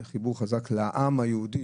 זה החיבור החזק לעם היהודי,